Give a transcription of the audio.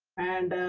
and